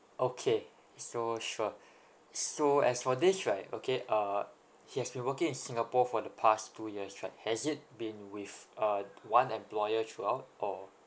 okay so sure so as for this right okay uh he has been working in singapore for the past two years right has it been with uh one employer throughout or